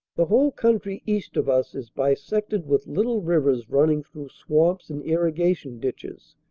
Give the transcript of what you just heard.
the whole country east of us is bisected with little rivers running through swamps and irrigation ditches.